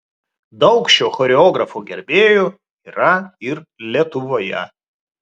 daug šio choreografo gerbėjų yra ir lietuvoje